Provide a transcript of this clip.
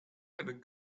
einen